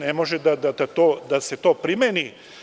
Ne može da se to primeni.